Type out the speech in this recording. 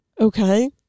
Okay